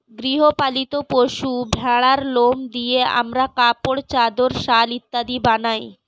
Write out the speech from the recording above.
গৃহ পালিত পশু ভেড়ার লোম দিয়ে আমরা কাপড়, চাদর, শাল ইত্যাদি বানাই